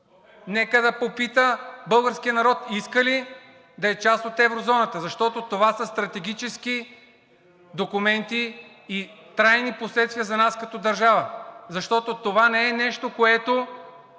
Нека да попита българския народ иска ли да е част от еврозоната, защото това са стратегически документи и трайни последствия за нас като държава, защото това не е нещо, което